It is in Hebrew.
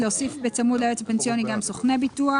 להוסיף בצמוד ליועץ הפנסיוני גם סוכני ביטוח.